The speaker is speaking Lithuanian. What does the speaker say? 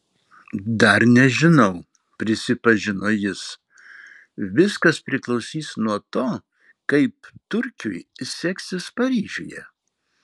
dar nežinau prisipažino jis viskas priklausys nuo to kaip turkiui seksis paryžiuje